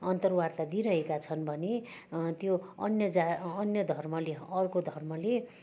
अन्तर्वार्ता दिइरहेका छन् भने त्यो अन्य जा अन्य धर्मले अर्को धर्मले